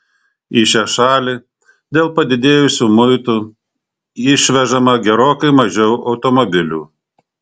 į šią šalį dėl padidėjusių muitų išvežama gerokai mažiau automobilių